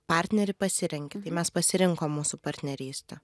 partnerį pasirenki tai mes pasirinkom mūsų partnerystę